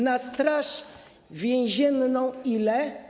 Na straż więzienną ile?